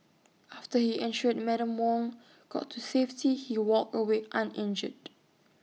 after he ensured Madam Wong got to safety he walked away uninjured